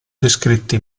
descritti